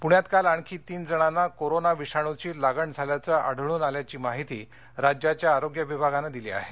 राज्य पुण्यात काल आणखी तीन जणांना कोरोना विषाणूची लागण झाल्याचं आढळून आल्याची माहिती राज्याच्या आरोग्य विभागानं दिली आहे